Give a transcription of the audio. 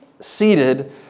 seated